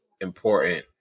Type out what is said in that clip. important